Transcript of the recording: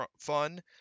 fun